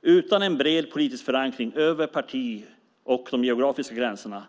Utan en bred politisk förankring över partigränserna och de geografiska gränserna